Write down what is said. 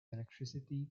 electricity